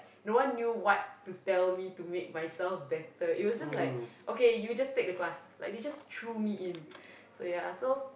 no one knew what to tell me to make myself better it was just like okay you just take the class like they just threw me in so ya so